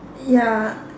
ya